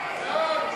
ממשלתיים,